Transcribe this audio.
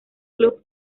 club